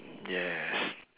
yes